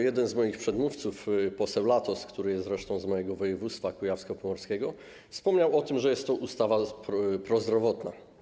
Jeden z moich przedmówców, poseł Latos, który jest z mojego województwa, kujawsko-pomorskiego, wspomniał o tym, że jest to ustawa prozdrowotna.